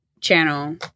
channel